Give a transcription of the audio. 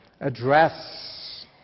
address